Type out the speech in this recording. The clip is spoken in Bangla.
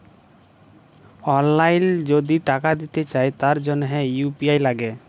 অললাইল যদি টাকা দিতে চায় তার জনহ ইউ.পি.আই লাগে